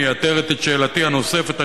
מייתרת את שאלתי הנוספת.